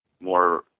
more